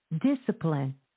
discipline